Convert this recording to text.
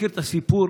מכובדי סגן השר,